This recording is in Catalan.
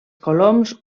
coloms